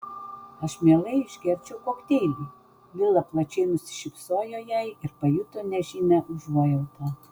aš mielai išgerčiau kokteilį lila plačiai nusišypsojo jai ir pajuto nežymią užuojautą